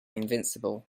invincible